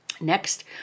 Next